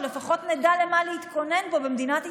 שלפחות נדע למה להתכונן פה במדינת ישראל.